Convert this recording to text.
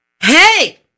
hey